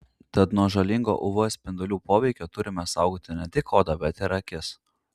tad nuo žalingo uv spindulių poveikio turime saugoti ne tik odą bet ir akis